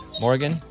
Morgan